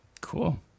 Cool